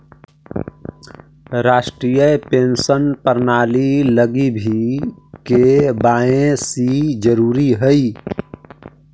राष्ट्रीय पेंशन प्रणाली लगी भी के.वाए.सी जरूरी हई